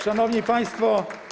Szanowni Państwo!